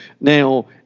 now